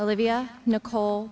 olivia nicole